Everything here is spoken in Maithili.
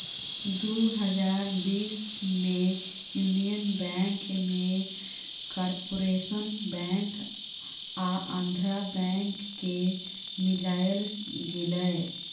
दु हजार बीस मे युनियन बैंक मे कारपोरेशन बैंक आ आंध्रा बैंक केँ मिलाएल गेलै